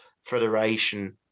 Federation